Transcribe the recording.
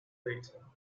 later